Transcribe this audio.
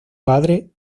padre